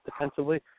defensively